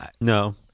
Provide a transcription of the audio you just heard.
No